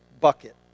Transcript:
bucket